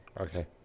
Okay